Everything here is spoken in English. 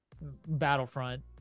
Battlefront